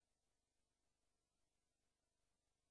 אתה